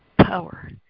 power